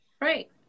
Right